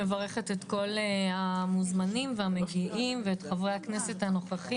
אני מברכת את כל המוזמנים והמגיעים ואת חברי הכנסת הנוכחים.